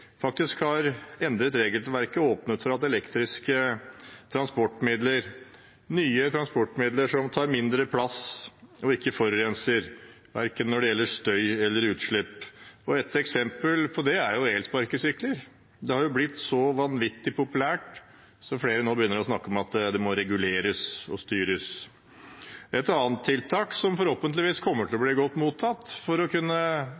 faktisk har endret regelverket og åpnet for elektriske transportmidler – nye transportmidler som tar mindre plass og ikke forurenser, verken når det gjelder støy eller utslipp. Et eksempel på det er elsparkesykler. Det har blitt vanvittig populært, og flere begynner nå å snakke om at det må reguleres og styres. Et annet tiltak som forhåpentligvis kommer til å bli godt mottatt hvis det er et mål å